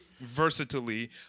versatility